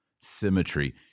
symmetry